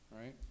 right